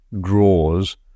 draws